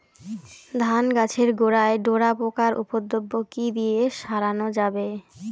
ধান গাছের গোড়ায় ডোরা পোকার উপদ্রব কি দিয়ে সারানো যাবে?